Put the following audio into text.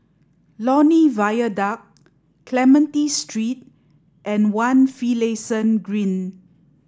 Lornie Viaduct Clementi Street and One Finlayson Green